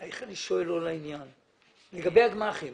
גם הגמ"חים